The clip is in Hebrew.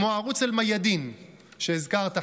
כמו ערוץ אל-מיאדין שהזכרת,